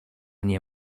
nie